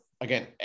again